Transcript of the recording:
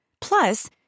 Plus